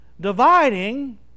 dividing